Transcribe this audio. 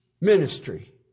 ministry